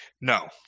No